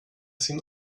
seen